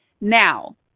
Now